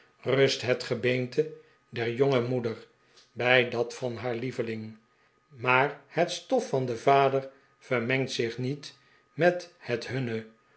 rust het gebeente der jonge moeder bij dat van haar lieveling maar het stof van den vader vermengt zich niet met het hunne